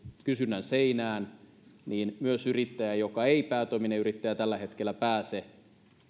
kysynnän seinään myös päätoiminen yrittäjä joka ei tällä hetkellä pääse